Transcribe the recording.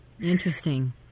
Interesting